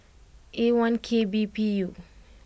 A one K B P U